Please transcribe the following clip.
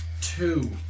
Two